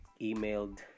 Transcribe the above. emailed